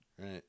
right